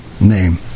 name